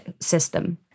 system